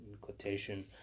quotation